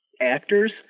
actors